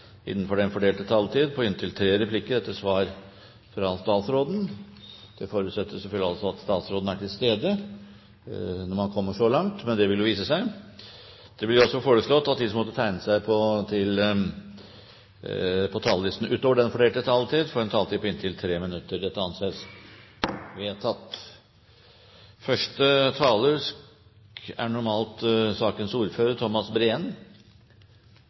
på inntil tre replikker med svar etter innlegget fra statsråden innenfor den fordelte taletid. Det forutsetter selvfølgelig at statsråden er til stede når man kommer så langt, men det vil jo vise seg. Videre blir det foreslått at de som måtte tegne seg på talerlisten utover den fordelte taletid, får en taletid på inntil 3 minutter. – Det anses vedtatt. Første taler er normalt sakens ordfører, Thomas Breen,